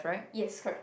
yes correct